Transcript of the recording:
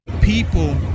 people